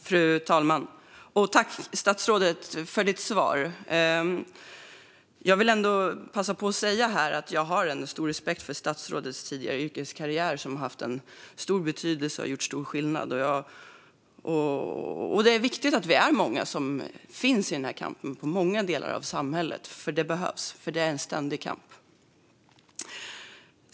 Fru talman! Tack, statsrådet, för ditt svar! Jag vill passa på att säga att jag har stor respekt för statsrådets tidigare yrkeskarriär, som har haft en stor betydelse och gjort stor skillnad. Det är viktigt att vi är många som finns i många delar av samhället, för det behövs. Det är en ständig kamp.